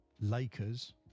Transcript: Lakers